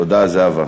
תודה זהבה.